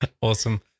Awesome